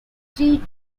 three